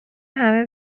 همه